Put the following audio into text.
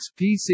PC